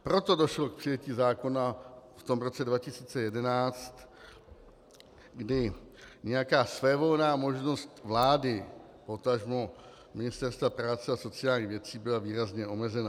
Proto došlo k přijetí zákona v roce 2011, kdy nějaká svévolná možnost vlády, potažmo Ministerstva práce a sociálních věcí byla výrazně omezena.